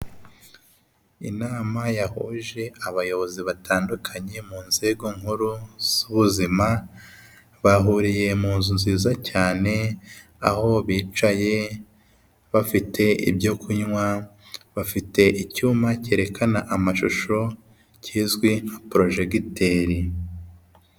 Inama yahuje abayobozi batandukanye mu nzego nkuru z'ubuzima, bahuriye mu nzu nziza cyane aho bicaye bafite ibyo kunywa, bafite icyuma kerekana amashusho kizwi nka porojegiteri.